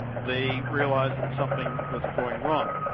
they realised that something was going wrong,